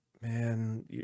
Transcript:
man